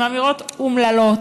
הן אמירות אומללות,